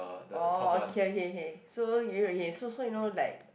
oh okay okay okay so you okay so so you know like